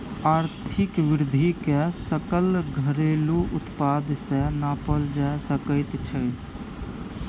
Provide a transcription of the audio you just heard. आर्थिक वृद्धिकेँ सकल घरेलू उत्पाद सँ नापल जा सकैत छै